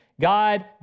God